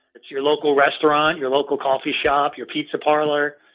it's your local restaurant, your local coffee shop, your pizza parlor.